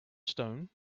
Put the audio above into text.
stone